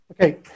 Okay